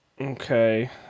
Okay